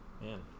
Man